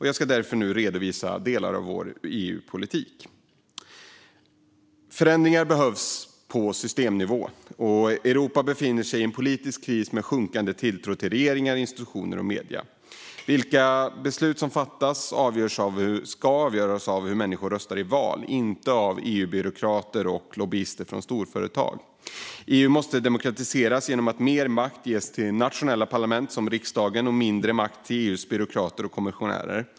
Jag ska därför nu redovisa delar av vår EU-politik. Förändringar behövs på systemnivå. Europa befinner sig i en politisk kris med sjunkande tilltro till regeringar, institutioner och medier. Vilka beslut som fattas ska avgöras av hur människor röstar i val, inte av EU-byråkrater och lobbyister från storföretagen. EU måste demokratiseras genom att det ges mer makt till de nationella parlamenten, som riksdagen, och mindre makt till EU:s byråkrater och kommissionärer.